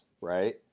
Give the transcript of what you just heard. right